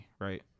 right